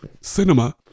Cinema